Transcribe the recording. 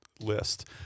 list